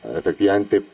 efectivamente